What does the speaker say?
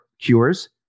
cures